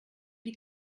die